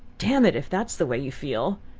damn it if that's the way you feel!